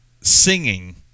singing